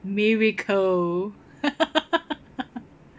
miracle